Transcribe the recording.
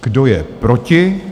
Kdo je proti?